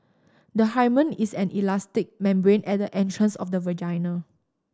the hymen is an elastic membrane at the entrance of the vagina